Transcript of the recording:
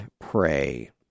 pray